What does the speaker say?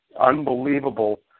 unbelievable